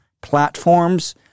platforms